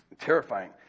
Terrifying